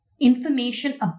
information